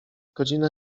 godzina